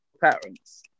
parents